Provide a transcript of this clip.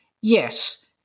Yes